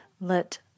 let